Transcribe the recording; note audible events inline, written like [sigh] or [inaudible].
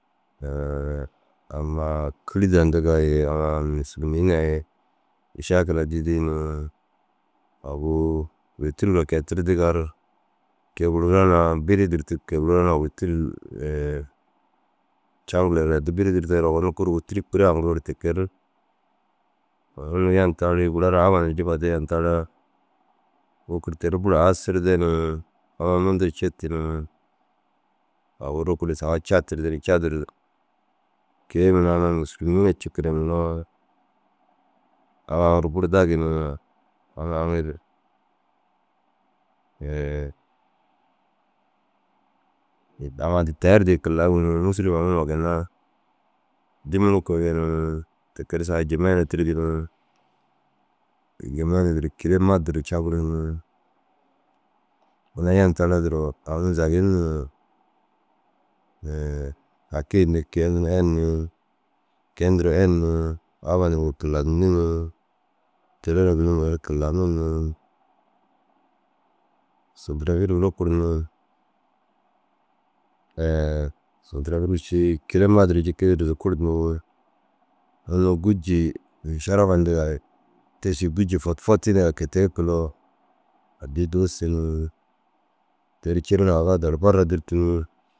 [hesitation] Amma « kîrda » yindigaa ye amma mûsliminaa ye mušaakilaa didii ni aguu wêtiruura kôi tirdigaar kôi guruura na bîre durtug kôi gurura na wêtiruu [hesitation] caŋgirere bîre dûrtug owonni kuri haŋgiroore tike ru. Yunu guru yanirtarii yunu guru na abba nuruu i yufade yanir taraa wôkir teri buru aasirde ni amma mundu ru citu ni agu ru saga Cad tirdu. Cad ru kôi mere amma mûslimina cikire ŋiroo aŋ aŋ ru buru dagu ni aŋ aŋ ru [hesitation] aŋ aŋ ru tayi ru dîyi kilahayinigi ni mûsulim haŋima ginna dimira kege ni tike ru saga Jimene tirdu ni Jimene ru kilemat duro caŋgir ni. Yuna yanir taraa duro aũ zagin [hesitation] « Hakii » yindi kôi nuruu eri ni kôi nduruu eri ni abba nuruu gii kilahadintu ni teere na giri mere ru kilaha nir ni simbulagii ru rukur ni [hesitation] sumbulagii ru ši kilemat duro yikii ru zukur ni unnu « gûji šarafa » yindigaa te ši « gûji fotfotii » yindigaa ye kôi tee- u guroo addii duusu ni. Te ru cireraa aga dal- barra dûrtu ni